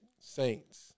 Saints